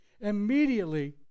Immediately